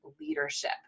leadership